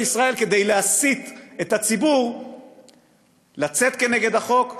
ישראל כדי להסית את הציבור לצאת נגד החוק,